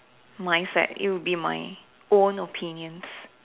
mindset it will be my own opinions